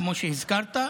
כמו שהזכרת,